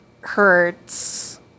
hurts